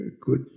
good